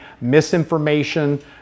misinformation